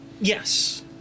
Yes